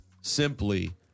simply